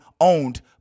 owned